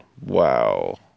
Wow